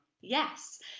yes